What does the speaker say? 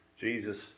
Jesus